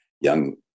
young